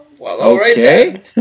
okay